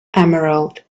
emerald